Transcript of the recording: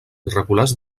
irregulars